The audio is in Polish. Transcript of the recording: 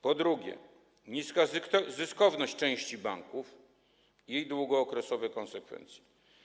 Po drugie, niska zyskowność części banków i jej długookresowe konsekwencje.